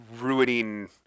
ruining